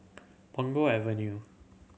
Punggol Avenue